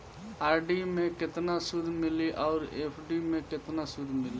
RD मे केतना सूद मिली आउर एफ.डी मे केतना सूद मिली?